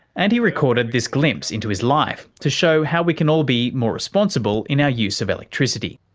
and he recorded this glimpse into his life to show how we can all be more responsible in our use of electricity.